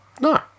No